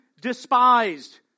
despised